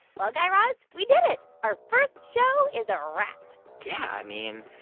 well, guy raz, we did it. our first show is a wrap yeah, i mean,